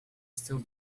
still